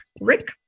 Rick